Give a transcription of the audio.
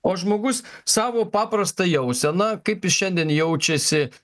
o žmogus savo paprastą jauseną kaip jis šiandien jaučiasi